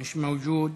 מיש מאוג'וד,